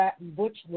Butch